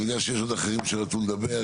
אני יודע שיש עוד אחרים שרצו לדבר,